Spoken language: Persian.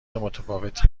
متفاوتی